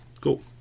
Cool